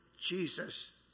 Jesus